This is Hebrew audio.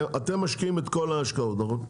אתם משקיעים את כל ההשקעות נכון?